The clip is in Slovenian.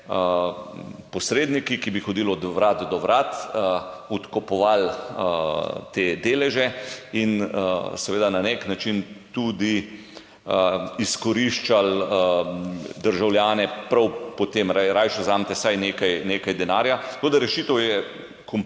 posredniki, ki bi hodili od vrat do vrat, odkupovali te deleže in seveda na nek način tudi izkoriščali državljane. Potem rajši vzamete vsaj nekaj, nekaj denarja. Tako da rešitev ni samo ena,